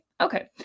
Okay